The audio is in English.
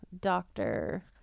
doctor